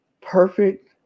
Perfect